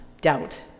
doubt